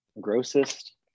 grossest